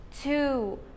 two